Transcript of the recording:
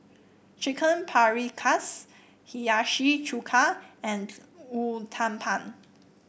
Chicken Paprikas Hiyashi Chuka and Uthapam